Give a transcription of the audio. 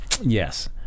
Yes